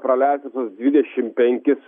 praleistas per dvidešimt penkis